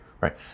right